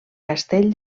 castell